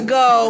go